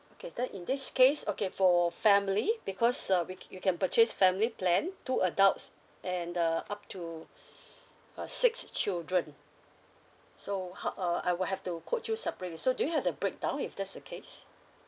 okay then in this case okay for family because uh we you can purchase family plan two adults and uh up to uh six children so how uh I will have to quote you separately so do you have the breakdown if that's the case